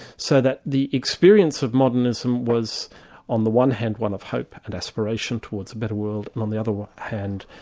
so that the experience of modernism was on the one hand, hand, one of hope and aspiration towards a better world, and on the other hand,